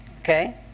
Okay